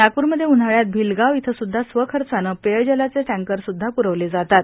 नागप्रमध्ये उन्हाळ्यात भिलगाव इथं सुद्धा स्वखर्चाने पेयजलाचे टँकर सुद्धा प्रवले जातात